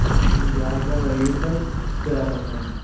ब्याज दर रहेगी सर तेरह पर्सेंट